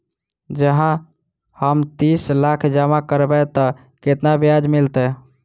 जँ हम तीस लाख जमा करबै तऽ केतना ब्याज मिलतै?